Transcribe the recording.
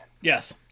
Yes